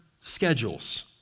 schedules